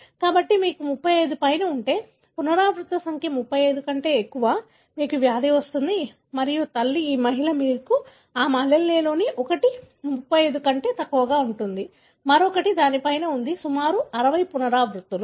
కాబట్టి మీకు 35 పైన ఉంటే పునరావృత సంఖ్య 35 కంటే ఎక్కువ మీకు వ్యాధి వస్తుంది మరియు తల్లి ఈ మహిళ మీరు ఆమె అల్లెల్లలో ఒకటి 35 కంటే తక్కువగా ఉంది మరొకటి దాని పైన ఉంది సుమారు 60 పునరావృత్తులు